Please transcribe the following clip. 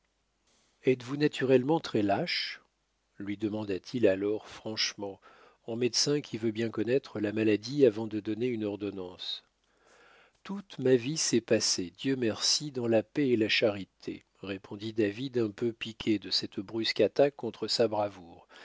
êtes-vous naturellement très lâche lui demanda-t-il alors franchement en médecin qui veut bien connaître la maladie avant de donner une ordonnance toute ma vie s'est passée dieu merci dans la paix et la charité répondit david un peu piqué de cette brusque attaque contre sa bravoure